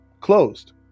closed